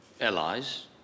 allies